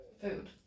food